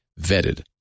vetted